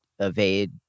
evade